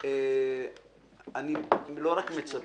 אני לא רק מצפה,